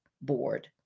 Board